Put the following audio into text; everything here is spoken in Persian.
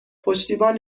پشتیبان